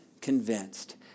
convinced